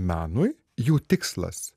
menui jų tikslas